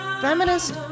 feminist